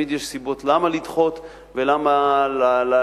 ותמיד יש סיבות למה לדחות ולמה לעשות,